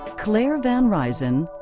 claire van ryzin,